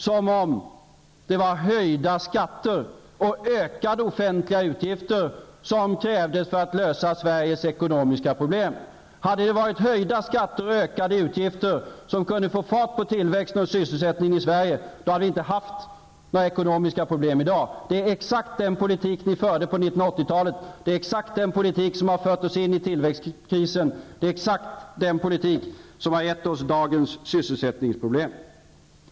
Som om det var höjda skatter och ökade offentliga utgifter som krävdes för att lösa Sveriges ekonomiska problem! Hade det varit höjda skatter och ökade utgifter som kunde få fart på tillväxten och sysselsättningen i Sverige, hade Sverige inte haft några ekonomiska problem i dag. Det är exakt den politik socialdemokraterna förde på 1980-talet, och det är exakt den politik som har fört Sverige in i tillväxtkrisen. Det är exakt den politik som har gett dagens sysselsättningsproblem.